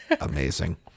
amazing